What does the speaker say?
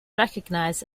recognised